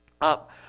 up